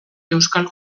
euskal